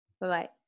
Bye-bye